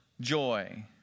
joy